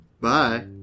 Bye